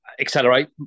Accelerate